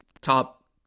top